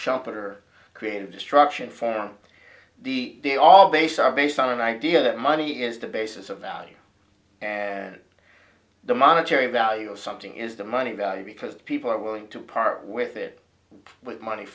shelter creative destruction for the day all based are based on an idea that money is the basis of value the monetary value of something is the money value because people are willing to part with it with money